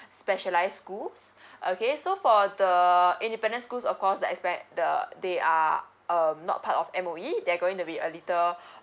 specialise school okay so for the independent schools of course the aspect the they are um not part of M_O_E they're going to be a little